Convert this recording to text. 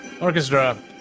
Orchestra